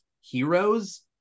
heroes